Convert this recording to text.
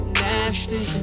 nasty